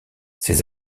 ces